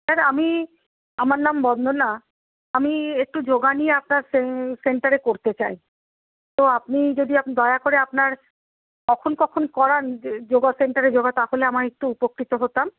sir আমি আমার নাম বন্দনা আমি একটু যোগা নিয়ে আপনার সেন্টারে করতে চাই তো আপনি যদি দয়া করে আপনারা কখন কখন করান যোগা সেন্টারে যোগা তাহলে আমি একটু উপকৃত হতাম